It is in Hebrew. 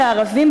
בערבים,